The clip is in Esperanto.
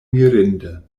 mirinde